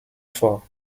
vor